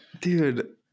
Dude